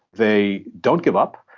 they don't give up,